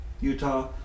Utah